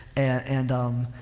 and, um